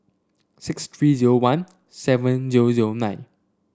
six three zero one seven zero zero nine